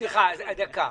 סליחה, דקה.